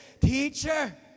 Teacher